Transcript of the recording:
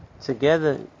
together